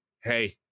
hey